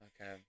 Okay